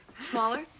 Smaller